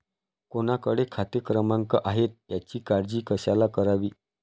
कोणाकडे खाते क्रमांक आहेत याची काळजी कशाला करावी